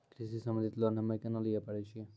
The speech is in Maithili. कृषि संबंधित लोन हम्मय केना लिये पारे छियै?